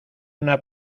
una